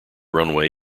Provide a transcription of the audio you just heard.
runway